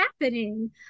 happening